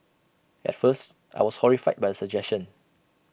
at first I was horrified by the suggestion